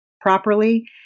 properly